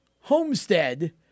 Homestead